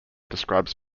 describes